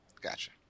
Gotcha